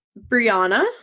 Brianna